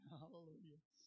Hallelujah